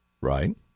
Right